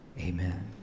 amen